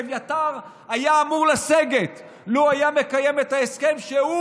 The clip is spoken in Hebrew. מאביתר היה אמור לסגת לו היה מקיים את ההסכם שהוא,